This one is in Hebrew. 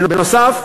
בנוסף,